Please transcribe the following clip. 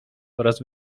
oraz